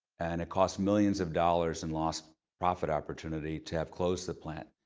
and it cost millions of dollars in lost profit opportunity to have closed the plant.